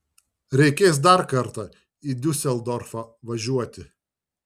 reikės dar kartą į diuseldorfą važiuoti